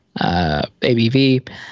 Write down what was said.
ABV